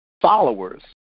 followers